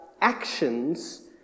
actions